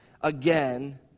again